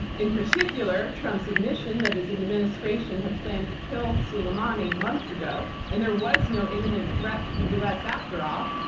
in particular trump's admission that his administration had planned to kill soleimani months ago, and there was no imminent threat to the us after all.